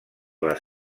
les